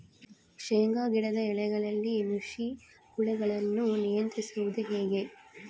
ಶೇಂಗಾ ಗಿಡದ ಎಲೆಗಳಲ್ಲಿ ನುಷಿ ಹುಳುಗಳನ್ನು ನಿಯಂತ್ರಿಸುವುದು ಹೇಗೆ?